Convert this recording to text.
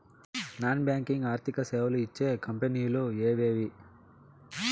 Non banking ఆర్థిక సేవలు ఇచ్చే కంపెని లు ఎవేవి?